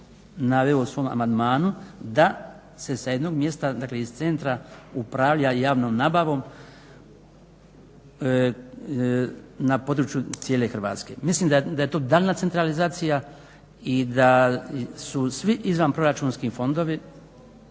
naveo u svom amandmanu da se sa jednog mjesta, dakle iz centra upravlja javnom nabavom na području cijele Hrvatske. Mislim da je to daljnja centralizacija i da su svi izvanproračunski fondovi